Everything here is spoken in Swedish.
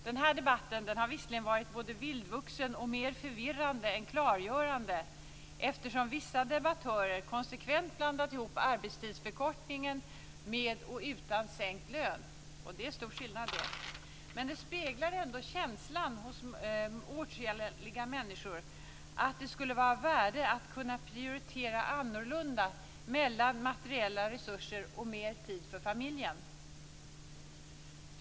Den debatten har visserligen delvis varit vildvuxen och mer förvirrande än klargörande, eftersom vissa debattörer konsekvent blandat ihop arbetstidsförkortning med och utan sänkt lön, och det är en stor skillnad. Men speglar ändå en känsla hos åtskilliga människor, att det skulle vara av värde att kunna prioritera annorlunda mellan materiella resurser och mer tid för familjen.